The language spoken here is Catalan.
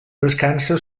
descansa